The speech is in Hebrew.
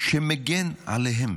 שמגן עליהם.